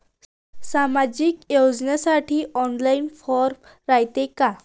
सामाजिक योजनेसाठी online form रायते का?